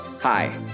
Hi